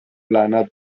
لعنت